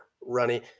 runny